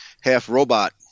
half-robot